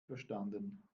verstanden